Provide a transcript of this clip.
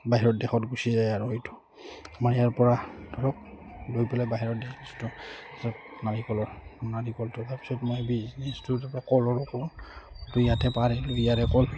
বাহিৰৰ দেশত গুচি যায় আৰু এইটো আমাৰ ইয়াৰপৰা ধৰক লৈ পেলাই বাহিৰৰ দেশ নাৰিকলৰ নাৰিকলটো তাৰপিছত মই বিজনেছটো তাৰপৰা কলৰো কৰোঁ ইয়াতে পাৰে ইয়াৰে কল